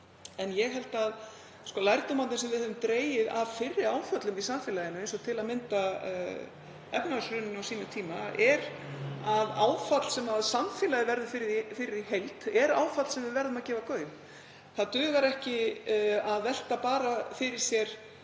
til. Lærdómurinn sem við höfum dregið af fyrri áföllum í samfélaginu, eins og til að mynda af efnahagshruninu á sínum tíma, er að áfall sem samfélagið verður fyrir í heild er áfall sem við verðum að gefa gaum. Það dugar ekki að velta bara fyrir sér